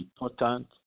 important